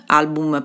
album